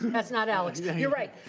that's not alex, you're right.